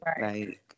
Right